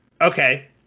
okay